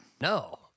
No